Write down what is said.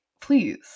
please